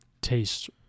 tastes